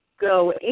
go